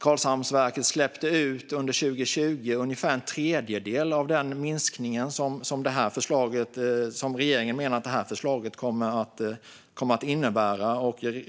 Karlshamnsverket släppte under 2020 ut koldioxid motsvarande ungefär en tredjedel av den minskning som regeringen menar att det här förslaget kommer att innebära.